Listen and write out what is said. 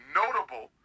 notable